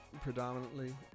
predominantly